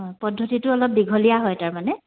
অঁ পদ্ধতিটো অলপ দীঘলীয়া হয় তাৰমানে